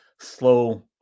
slow